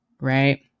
right